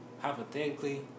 hypothetically